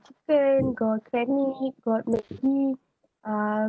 got maggie uh